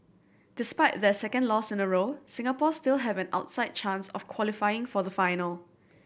despite their second loss in a row Singapore still have an outside chance of qualifying for the final